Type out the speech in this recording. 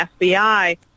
FBI